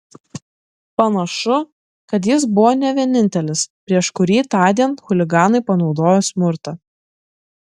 panašu kad jis buvo ne vienintelis prieš kurį tądien chuliganai panaudojo smurtą